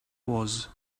was